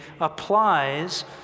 applies